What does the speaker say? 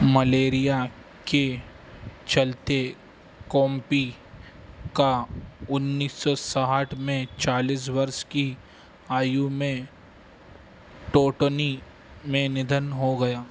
malaria के चलते Coppi का उन्नीस सौ साठ में चालीस वर्ष की आयु में टोर्टोनी में निधन हो गया